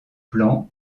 plans